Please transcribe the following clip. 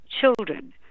children